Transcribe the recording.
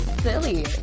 silly